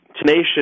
tenacious